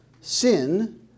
Sin